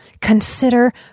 Consider